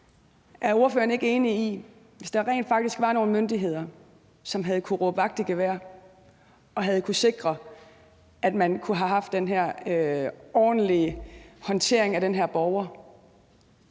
Er ordføreren ikke enig i, at hvis der rent faktisk var nogle myndigheder, som kunne have råbt vagt i gevær og kunne have sikret, at man kunne have haft en ordentlig håndtering af den her borger,